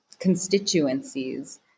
constituencies